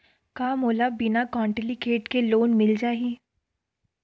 का मोला बिना कौंटलीकेट के लोन मिल जाही?